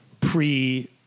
pre